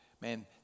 Man